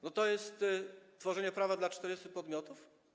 Czy to jest tworzenie prawa dla 40 podmiotów?